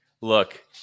Look